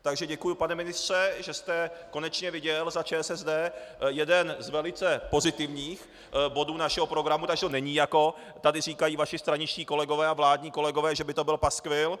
Takže děkuji, pane ministře, že jste konečně viděl za ČSSD jeden z velice pozitivních bodů našeho programu, takže to není, jako tady říkají vaši straničtí kolegové a vládní kolegové, že by to byl paskvil.